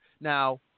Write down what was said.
Now